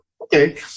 okay